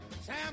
Sam